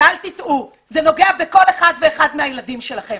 ואל תטעו, זה נוגע בכל אחד ואחד מהילדים שלכם.